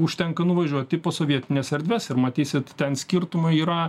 užtenka nuvažiuot į posovietines erdves ir matysit ten skirtumai yra